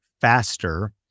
faster